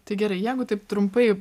tai gerai jeigu taip trumpai